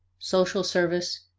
social service,